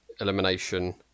elimination